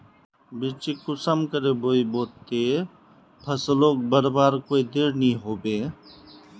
बिच्चिक कुंसम करे बोई बो ते फसल लोक बढ़वार कोई देर नी होबे?